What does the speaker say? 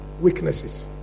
weaknesses